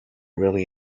really